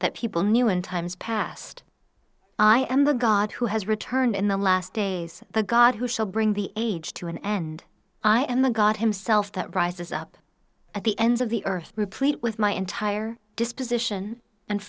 that people knew in times past i am the god who has returned in the last days the god who shall bring the age to an end i am a god himself that rises up at the ends of the earth replete with my entire disposition and